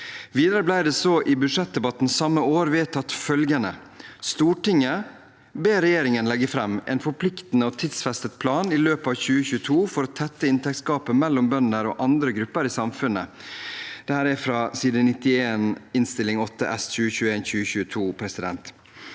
Videre ble det så i budsjettdebatten samme år vedtatt følgende: «Stortinget ber regjeringen legge frem en forpliktende og tidfestet plan i løpet av 2022 for å tette inntektsgapet mellom bønder og andre grupper i samfunnet.» Dette er hentet fra side 91 i Innst. 8 S for 2021–2022.